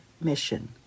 mission